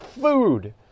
food